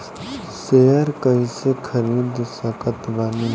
Share कइसे खरीद सकत बानी?